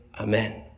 amen